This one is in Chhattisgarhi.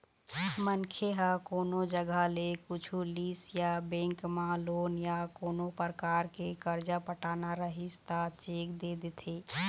मनखे ह कोनो जघा ले कुछु लिस या बेंक म लोन या कोनो परकार के करजा पटाना रहिस त चेक दे देथे